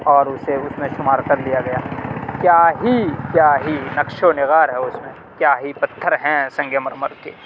اور اسے اس میں شمار کر لیا گیا کیا ہی کیا ہی نقش و نگار ہے اس میں کیا ہی پتھر ہیں سنگ مرمر کے